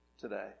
today